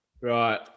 Right